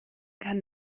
kann